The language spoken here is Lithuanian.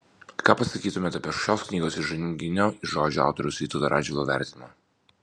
ką pasakytumėte apie šios knygos įžanginio žodžio autoriaus vytauto radžvilo vertinimą